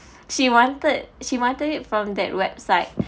she wanted she wanted it from that website